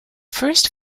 first